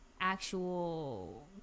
actual